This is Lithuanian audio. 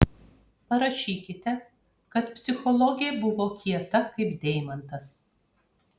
parašykite kad psichologė buvo kieta kaip deimantas